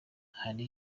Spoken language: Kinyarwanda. hari